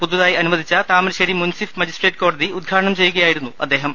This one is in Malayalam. പുതുതായി അനുവദിച്ച താമരശേരി മുൻസിഫ് മജിസ്ട്രേറ്റ് കോടതി ഉദ്ഘാ ടനം ചെയ്യുകയായിരുന്നു അദ്ദേഹം